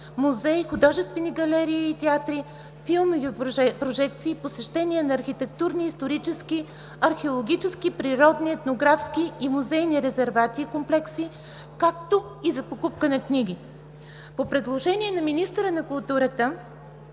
музеи, художествени галерии и театри, филмови прожекции, посещения на архитектурни, исторически, археологически, природни, етнографски и музейни резервати и комплекси, както и покупка на книги. По предложение на министъра на културата